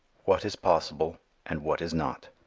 what is possible and what is not